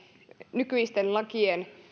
nykyisten lakien